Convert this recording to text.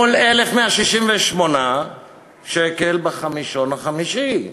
מול 1,168 שקל בחמישון החמישי.